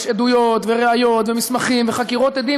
יש עדויות וראיות ומסמכים וחקירות עדים,